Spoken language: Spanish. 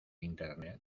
internet